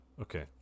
Okay